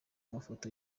mafoto